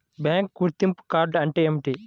Bank గుర్తింపు card అంటే ఏమిటి?